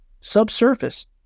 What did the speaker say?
subsurface